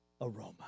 aroma